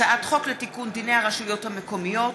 הצעת חוק לתיקון דיני הרשויות המקומיות